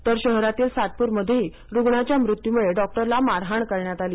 तर शहरातील सातपूर मध्येही रूग्णाच्या मृत्यूमुळे डॉक्टरला मारहाण कऱण्यात आली